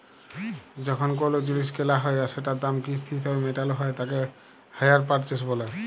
যখন কোলো জিলিস কেলা হ্যয় আর সেটার দাম কিস্তি হিসেবে মেটালো হ্য়য় তাকে হাইয়ার পারচেস বলে